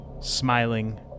smiling